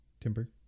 timber